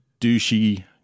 douchey